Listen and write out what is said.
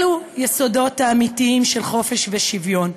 אלו היסודות האמיתיים של חופש ושוויון.